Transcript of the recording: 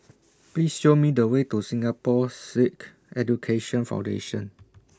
Please Show Me The Way to Singapore Sikh Education Foundation